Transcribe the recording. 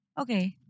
Okay